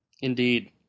Indeed